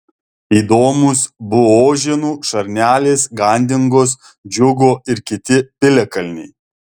įdomūs buožėnų šarnelės gandingos džiugo ir kiti piliakalniai